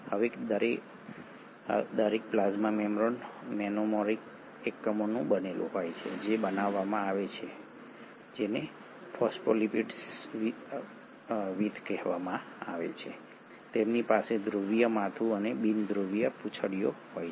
હવે દરેક plasma membrane monomeric એકમોનું બનેલું હોય છે જે બનાવવામાં આવે છે જેને ફોસ્ફોલિપિડ્સ વિથ કહેવામાં આવે છે તેમની પાસે ધ્રુવીય માથું અને બિનધ્રુવીય પૂંછડીઓ હોય છે